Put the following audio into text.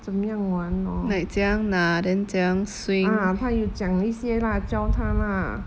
怎么样玩 hor ah 他有讲一些 lah 教他 lah